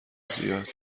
زیاد